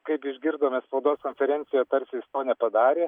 kaip išgirdome spaudos konferencijoje tarsi jis to nepadarė